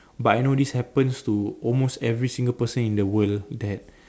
but I know this happens to almost every single person in the world that